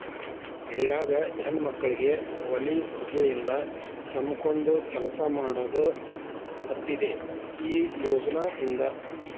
ಹಳ್ಯಾಗ ಹೆಣ್ಮಕ್ಕಳಿಗೆ ಒಲಿ ಹೊಗಿಯಿಂದ ಕೆಮ್ಮಕೊಂದ ಕೆಲಸ ಮಾಡುದ ತಪ್ಪಿದೆ ಈ ಯೋಜನಾ ಇಂದ